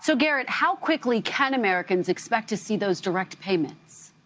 so garrett, how quickly can americans expect to see those direct payments?